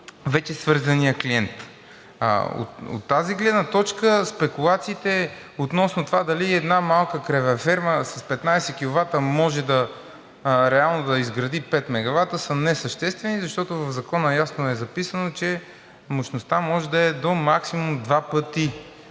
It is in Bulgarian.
вече свързания клиент. От тази гледна точка спекулациите относно това дали една малка кравеферма с 15 киловата може реално да изгради 5 мегавата са несъществени, защото в Закона ясно е записано, че мощността може да е до максимум два пъти